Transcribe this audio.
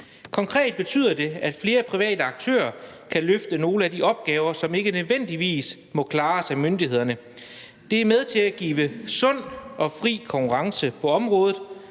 Konkret betyder det, at flere private aktører kan løfte nogle af de opgaver, som ikke nødvendigvis må klares af myndighederne. Det er med til at give sund og fri konkurrence på området,